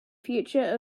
future